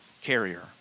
Carrier